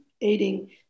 aiding